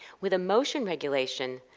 with emotion regulation,